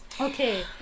okay